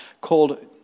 called